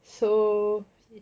so